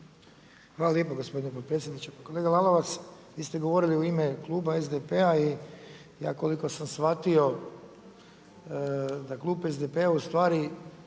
Hvala lijepo gospodin potpredsjedniče. Kolega Lalovac, vi ste govorili u ime Kluba SDP-a i ja koliko sam shvatio, da Klub SDP ustvari